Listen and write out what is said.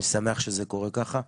אני שמח שזה קורה ככה.